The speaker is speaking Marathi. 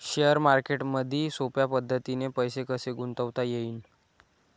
शेअर मार्केटमधी सोप्या पद्धतीने पैसे कसे गुंतवता येईन?